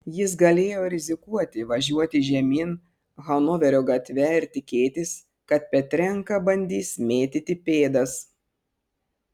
jis galėjo rizikuoti važiuoti žemyn hanoverio gatve ir tikėtis kad petrenka bandys mėtyti pėdas